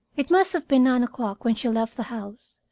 it must have been nine o'clock when she left the house,